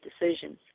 decisions